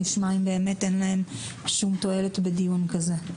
נשמע אם באמת אין להם שום תועלת בדיון כזה.